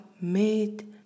made